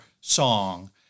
song